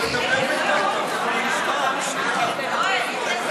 חבר